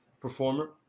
Performer